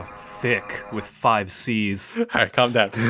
thicc with five c's